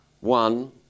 One